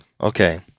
Okay